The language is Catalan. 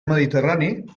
mediterrani